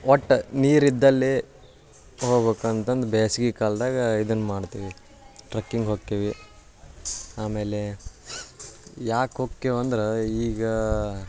ಒಟ್ಟು ನೀರು ಇದ್ದಲ್ಲಿ ಹೋಗ್ಬೇಕಂತಂದ್ರ್ ಬೇಸ್ಗೆ ಕಾಲದಾಗ ಇದನ್ನು ಮಾಡ್ತೀವಿ ಟ್ರಕ್ಕಿಂಗ್ ಹೋಕ್ಕಿವಿ ಆಮೇಲೆ ಯಾಕೆ ಹೋಕ್ಕಿವಿ ಅಂದ್ರೆ ಈಗ